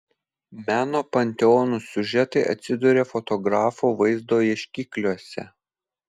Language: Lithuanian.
meno panteonų siužetai atsiduria fotografų vaizdo ieškikliuose